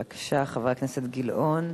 בבקשה, חבר הכנסת גילאון,